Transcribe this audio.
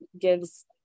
gives